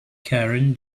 karin